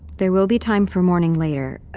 there will be time for mourning later.